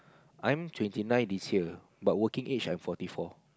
I'm twenty nine this year but working age I'm forty four